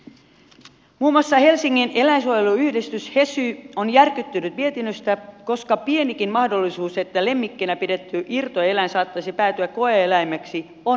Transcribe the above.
muun muassa helsingin eläinsuojeluyhdistys hesy on järkyttynyt mietinnöstä koska pienikin mahdollisuus että lemmikkinä pidetty irtoeläin saattaisi päätyä koe eläimeksi on väärin